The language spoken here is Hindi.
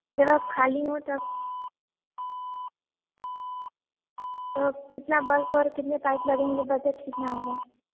जब आप खाली हो तब तो कितना बल्ब और कितने पाइप लगेंगे बजट कितना होगा